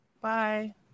Bye